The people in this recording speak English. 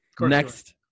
Next